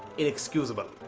inexcusable.